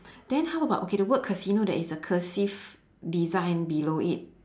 then how about okay the word casino there is a cursive design below it